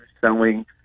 selling